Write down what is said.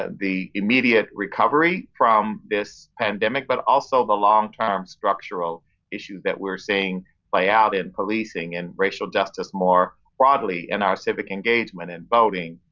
and the immediate recovery from this pandemic, but also the long-term structural issues that we're seeing play out in policing and racial justice more broadly, and our civic engagement and voting,